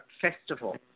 Festival